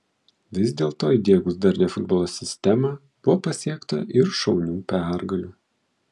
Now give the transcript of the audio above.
vis dėlto įdiegus darnią futbolo sistemą buvo pasiekta ir šaunių pergalių